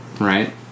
Right